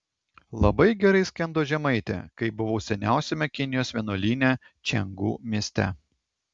labai gerai skendo žemaitė kai buvau seniausiame kinijos vienuolyne čiangu mieste